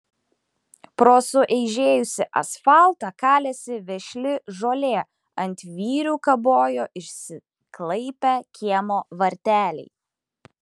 pro sueižėjusį asfaltą kalėsi vešli žolė ant vyrių kabojo išsiklaipę kiemo varteliai